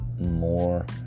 more